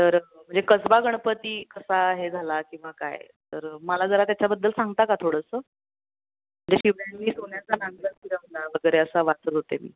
तर म्हणजे कसबा गणपती कसा हे झाला किंवा काय तर मला जरा त्याच्याबद्दल सांगता का थोडंसं म्हणजे शिवाजींनी सोन्याचा नांगर फिरवला वगैरे असं वाचत होते मी